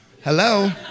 Hello